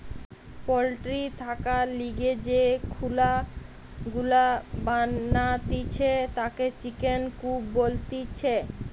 poultry থাকার লিগে যে খুলা গুলা বানাতিছে তাকে চিকেন কূপ বলতিছে